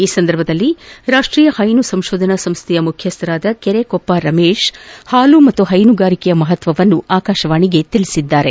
ಈ ಸಂದರ್ಭದಲ್ಲಿ ರಾಷ್ನೀಯ ಹೈನು ಸಂಶೋಧನಾ ಸಂಶ್ವೆಯ ಮುಖ್ಯಶ್ವ ಕೆರೆಕೊಪ್ಪ ರಮೇಶ್ ಹಾಲು ಮತ್ತು ಹೈನುಗಾರಿಕೆಯ ಮಪತ್ತವನ್ನು ಆಕಾಶವಾಣಿಗೆ ತಿಳಿಸಿದ್ದಾರೆ